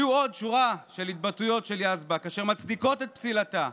הייתה עוד שורה של התבטאויות של יזבק אשר מצדיקות את פסילתה,